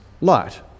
light